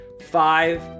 five